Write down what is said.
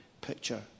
picture